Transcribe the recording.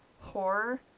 horror